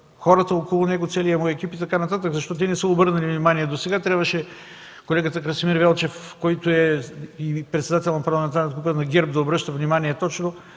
хората около него, целият му екип и така нататък. Защо те не са обърнали внимание досега, а трябваше колегата Красимир Велчев – председател на Парламентарната група на ГЕРБ, да обръща внимание точно